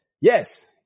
Yes